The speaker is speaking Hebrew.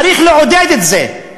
צריך לעודד את זה.